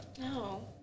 No